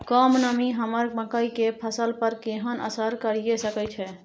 कम नमी हमर मकई के फसल पर केहन असर करिये सकै छै?